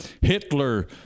Hitler